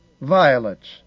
violets